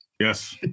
Yes